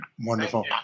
wonderful